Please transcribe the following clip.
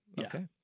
okay